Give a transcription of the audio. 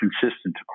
consistent